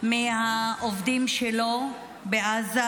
מהעובדים שלו בעזה,